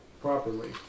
properly